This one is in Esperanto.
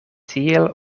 tiel